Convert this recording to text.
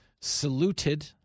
saluted